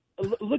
Look